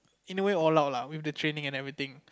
in a way all out lah with the training and everything